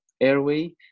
airway